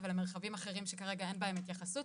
ולמרחבים אחרים שכרגע אין בהם התייחסות